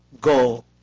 Go